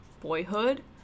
boyhood